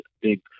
big